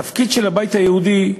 התפקיד של הבית היהודי,